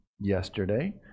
yesterday